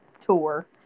tour